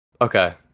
Okay